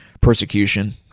persecution